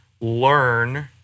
learn